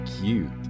cute